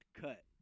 cut